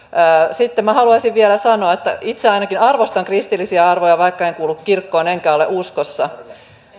sitten minä haluaisin vielä sanoa että itse ainakin arvostan kristillisiä arvoja vaikka en kuulu kirkkoon enkä ole uskossa